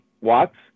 watts